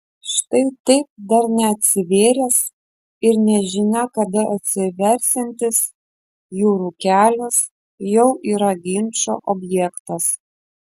štai taip dar neatsivėręs ir nežinia kada atsiversiantis jūrų kelias jau yra ginčo objektas